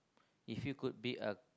if it could be a